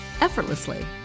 effortlessly